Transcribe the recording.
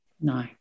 No